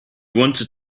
wanted